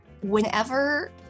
Whenever